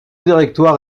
directoire